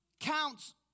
counts